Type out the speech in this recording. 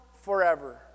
forever